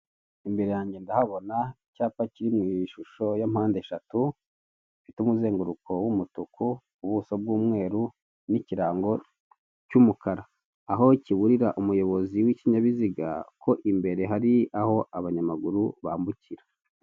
Imbere yange ndahabona icyapa kiri mu ishusho ya mpande eshatu, gifite umuzenguruko w'umutuku, ubuso bw'umweru n'ikirango cy'umukara. Aho kiburira umuyobozi w'ikinyabiziga ko imbere hari aho abanyamaguru bambukira.